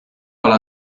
alla